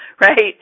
right